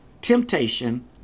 temptation